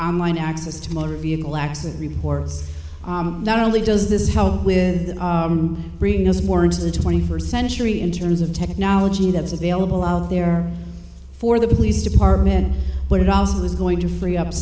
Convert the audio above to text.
on line access to motor vehicle accident reports not only does this help with bringing us more into the twenty first century in terms of technology that is available out there for the police department but it also is going to free up